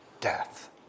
death